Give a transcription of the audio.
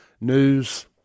News